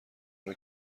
منو